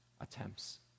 attempts